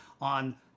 on